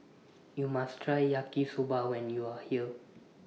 YOU must Try Yaki Soba when YOU Are here